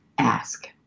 ask